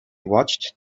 watched